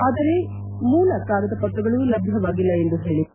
ಆದರೆ ಮೂಲ ಕಾಗದ ಪತ್ರಗಳು ಲಭ್ಯವಾಗಿಲ್ಲ ಎಂದು ಹೇಳದೆ